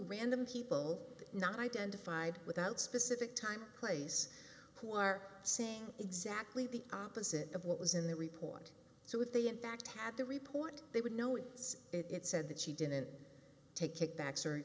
random people not identified without specific time place who are saying exactly the opposite of what was in the report so if they in fact had the report they would know it is it said that she didn't take kickbacks or